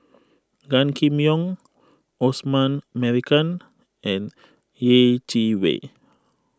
Gan Kim Yong Osman Merican and Yeh Chi Wei